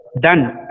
done